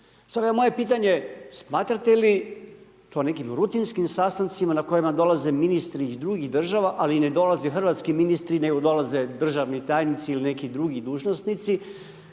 moje pitanje smatrate li to nekim rutinskim sastancima na kojima dolaze ministri iz drugih država ali ne dolaze hrvatski ministri nego dolaze državni tajnici ili neki drugi dužnosnici,